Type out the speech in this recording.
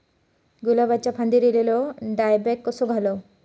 गुलाबाच्या फांदिर एलेलो डायबॅक कसो घालवं?